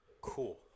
Cool